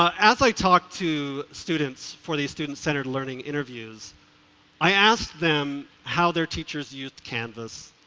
ah as i talk to students for the student centered learninginterviews, i asked them how their teachers used canvass.